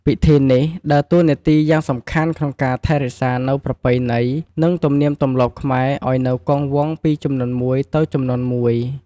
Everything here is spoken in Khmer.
ពិធីនេះដើរតួនាទីយ៉ាងសំខាន់ក្នុងការ ថែរក្សានូវប្រពៃណី និង ទំនៀមទម្លាប់ខ្មែរ ឲ្យនៅគង់វង្សពី ជំនាន់មួយទៅជំនាន់មួយ។